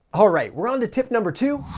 all right, we're on to tip number two,